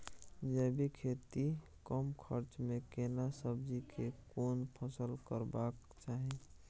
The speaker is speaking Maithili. जैविक खेती कम खर्च में केना सब्जी के कोन फसल करबाक चाही?